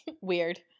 Weird